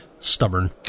Stubborn